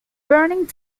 burning